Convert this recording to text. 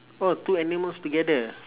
oh two animals together